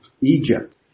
Egypt